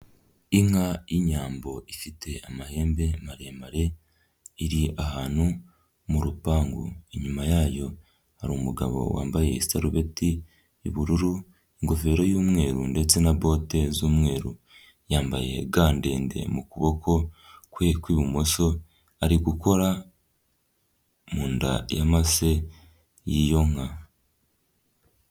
Inka y'inyambo ifite amahembe maremare iri ahantu mu rupangu, inyuma yayo hari umugabo wambaye isarubeti y'ubururu, ingofero y'umweru ndetse na bote z'umweru, yambaye ga ndende mu kuboko kwe ku ibumoso ari gukora mu nda y'amase y'iyo nka.